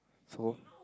so